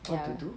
what to do